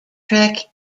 trek